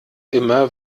immer